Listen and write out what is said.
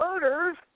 murders